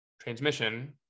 transmission